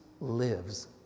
lives